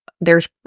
theres